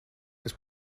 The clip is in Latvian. kas